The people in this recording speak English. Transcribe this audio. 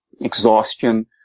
exhaustion